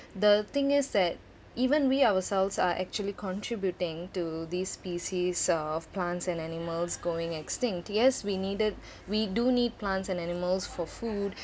the thing is that even we ourselves are actually contributing to this species of plants and animals going extinct yes we needed we do need plants and animals for food